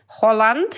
Holland